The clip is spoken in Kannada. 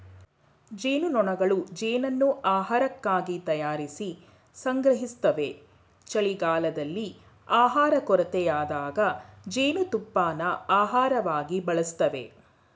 ಜೇನ್ನೊಣಗಳು ಜೇನನ್ನು ಆಹಾರಕ್ಕಾಗಿ ತಯಾರಿಸಿ ಸಂಗ್ರಹಿಸ್ತವೆ ಚಳಿಗಾಲದಲ್ಲಿ ಆಹಾರ ಕೊರತೆಯಾದಾಗ ಜೇನುತುಪ್ಪನ ಆಹಾರವಾಗಿ ಬಳಸ್ತವೆ